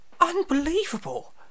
Unbelievable